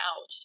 out